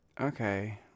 Okay